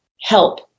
help